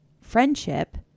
friendship